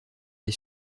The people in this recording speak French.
les